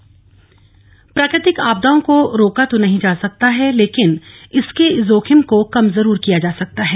आपदा न्यूनीकरण प्राकृतिक आपदाओं को तो रोका तो नहीं जा सकता है लेकिन इसके जोखिम को कम जरूर किया जा सकता है